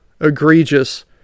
egregious